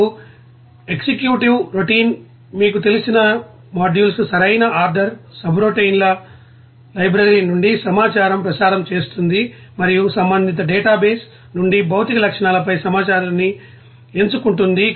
ఇప్పుడు executive routine మీకు తెలిసిన మాడ్యూల్స్కు సరైన ఆర్డర్ సబ్రౌటిన్ల లైబ్రరీ నుండి సమాచారాన్ని ప్రసారం చేస్తుంది మరియు సంబంధిత డేటాబేస్ నుండి భౌతిక లక్షణాలపై సమాచారాన్ని ఎంచుకుంటుంది